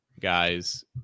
guys